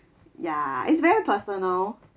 ya it's very personal